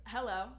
Hello